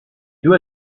due